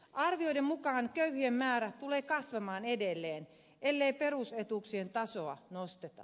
arvioiden mukaan köyhien määrä tulee kasvamaan edelleen ellei perusetuuksien tasoa nosteta